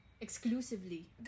exclusively